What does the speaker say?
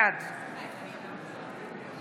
בעד